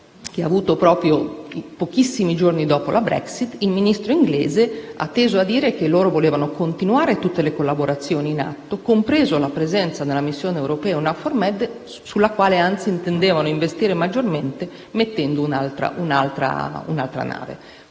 che ho avuto pochissimi giorni dopo la Brexit, il Ministro inglese ha inteso dire che il suo Paese intende continuare tutte le collaborazioni in atto, compresa la presenza nella missione europea EUNAVFOR Med, sulla quale vuole investire maggiormente mettendo un'altra nave.